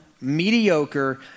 mediocre